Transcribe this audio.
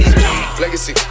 Legacy